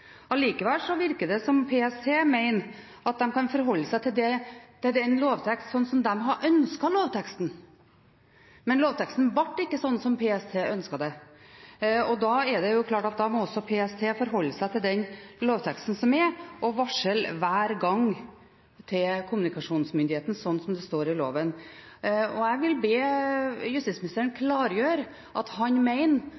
Allikevel virker det som om PST mener at de kan forholde seg til lovteksten slik som de har ønsket lovteksten, men lovteksten ble ikke slik som PST ønsket. Det er klart at da må også PST forholde seg til den lovteksten som er, og varsle hver gang til kommunikasjonsmyndigheten, slik som det står i loven. Jeg vil be justisministeren klargjøre at han